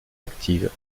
actives